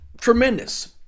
tremendous